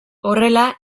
horrela